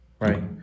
right